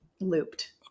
looped